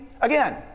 Again